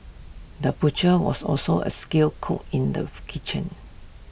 the butcher was also A skilled cook in the kitchen